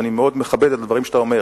ואני מאוד מכבד את הדברים שאתה אומר.